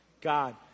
God